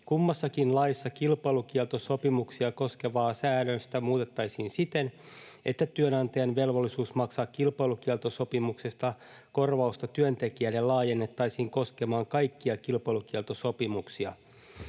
Kummassakin laissa kilpailukieltosopimuksia koskevaa säännöstä muutettaisiin siten, että työnantajan velvollisuus maksaa kilpailukieltosopimuksesta korvausta työntekijälle laajennettaisiin koskemaan kaikkia kilpailukieltosopimuksia.